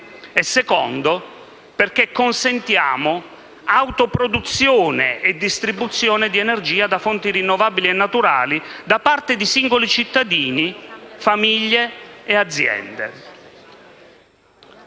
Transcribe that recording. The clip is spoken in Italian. luogo, perché consentiamo l'autoproduzione e distribuzione di energia da fonti rinnovabili e naturali da parte di singoli cittadini, famiglie e aziende.